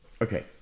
Okay